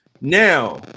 now